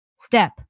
Step